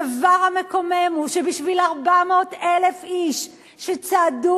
הדבר המקומם הוא שבשביל 400,000 איש שצעדו